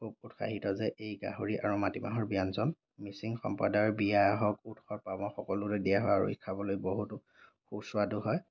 খুব উৎসাহিত যে এই গাহৰি আৰু মাটিমাহৰ ব্য়ঞ্জন মিচিং সম্প্ৰদায়ৰ বিয়া হওক উৎসৱ পাৰ্বণ সকলোতে দিয়া হয় আৰু ই খাবলৈ বহুতো সুস্বাদু হয়